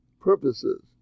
purposes